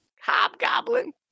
hobgoblin